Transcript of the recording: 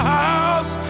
house